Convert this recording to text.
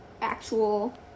actual